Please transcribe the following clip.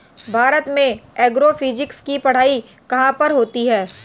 भारत में एग्रोफिजिक्स की पढ़ाई कहाँ पर होती है?